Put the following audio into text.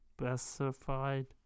specified